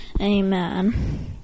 Amen